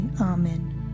Amen